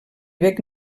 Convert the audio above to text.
bec